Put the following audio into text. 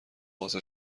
واسه